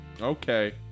Okay